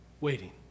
waiting